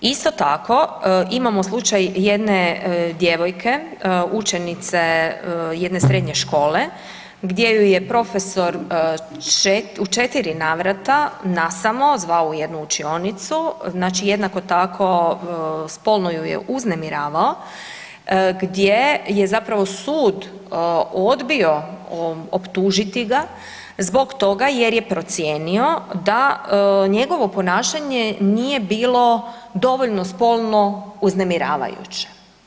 Isto tako imamo slučaj jedne djevojke, učenice jedne srednje škole, gdje ju je profesor u 4 navrata nasamo zvao u jednu učionicu, znači jednako tako spolno ju je uznemiravao gdje je zapravo sud odbio optužiti ga zbog toga jer je procijenio da njegovo ponašanje nije bilo dovoljno spolno uznemiravajuće.